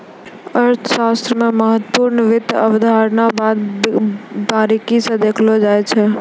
अर्थशास्त्र मे महत्वपूर्ण वित्त अवधारणा बहुत बारीकी स देखलो जाय छै